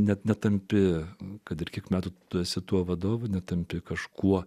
net netampi kad ir kiek metų tu esi tuo vadovu netampi kažkuo